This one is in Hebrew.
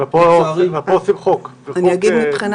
אבל פה עושים חוק וחוק קשה